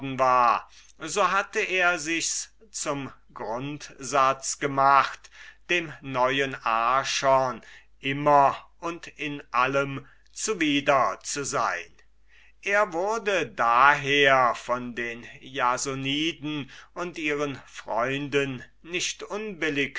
war so hatte er sichs zum grundsatz gemacht dem neuen archon immer und in allem zuwider zu sein er wurde daher von den jasoniden und ihren freunden nicht unbillig